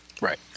Right